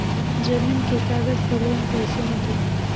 जमीन के कागज पर लोन कइसे मिली?